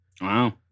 Wow